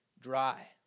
dry